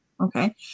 okay